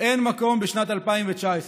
אין מקום בשנת 2019,